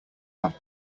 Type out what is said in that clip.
have